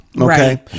Okay